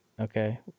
Okay